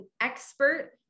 expert